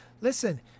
listen